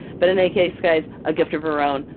but in a case guys a gift of her own,